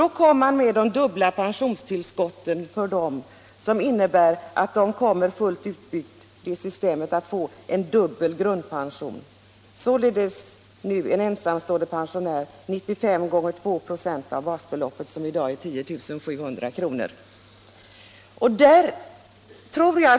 Då kom de dubbla pensionstillskotten för dem, vilka fullt utbyggda i systemet innebär att de får en dubbel grundpension. Det innebär således att en ensamstående pensionär får 95 96 gånger 2 av basbeloppet som i dag är 10 700 kr.